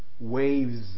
waves